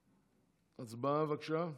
הצבעה, בבקשה.